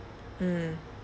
mm